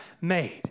made